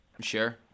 Sure